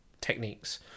techniques